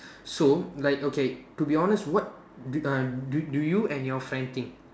so like okay to be honest what uh do do you and your friend think